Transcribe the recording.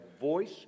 voice